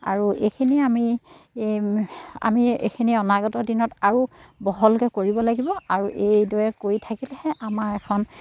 আৰু এইখিনিয়ে আমি আমি এইখিনি অনাগতৰ দিনত আৰু বহলকৈ কৰিব লাগিব আৰু এইদৰে কৰি থাকিলেহে আমাৰ এখন